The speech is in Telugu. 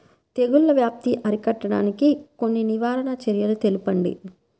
తెగుళ్ల వ్యాప్తి అరికట్టడానికి కొన్ని నివారణ చర్యలు తెలుపండి?